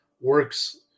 works